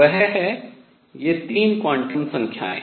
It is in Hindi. वह है ये 3 क्वांटम संख्याएं